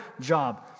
job